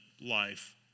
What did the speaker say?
life